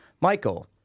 Michael